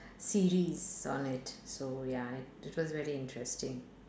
series on it so ya it was very interesting